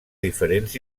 diferents